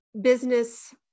business